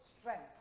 strength